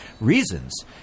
reasons